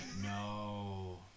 No